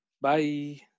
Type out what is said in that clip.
Bye